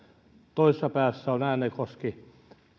toisessa päässä on äänekoski